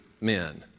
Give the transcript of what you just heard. men